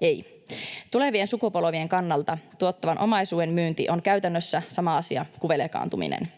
Ei. Tulevien sukupolvien kannalta tuottavan omaisuuden myynti on käytännössä sama asia kuin velkaantuminen.